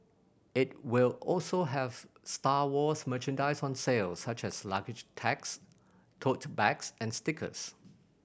it will also have Star Wars merchandise on sale such as luggage tags tote bags and stickers